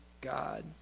God